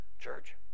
Church